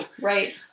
right